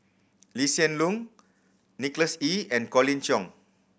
Lee Hsien Loong Nicholas Ee and Colin Cheong